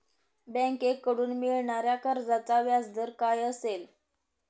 बँकेकडून मिळणाऱ्या कर्जाचा व्याजदर काय असेल?